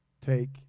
Take